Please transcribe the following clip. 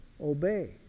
Obey